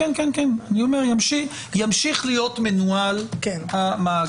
כן, אני אומר שימשיך להיות מנוהל המאגר.